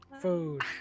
Food